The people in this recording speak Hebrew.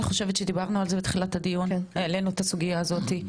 אני חושבת שדיברנו על זה בתחילת הדיון העלנו את הסוגייה הזאת,